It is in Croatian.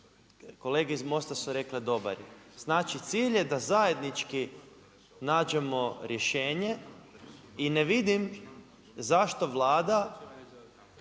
kolege iz Mosta su rekli dobar. Znači cilj je da zajednički nađemo rješenje i ne vidim zašto Vlada